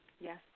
Yes